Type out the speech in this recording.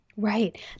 Right